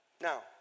Now